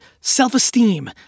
self-esteem